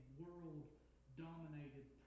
world-dominated